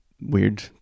weird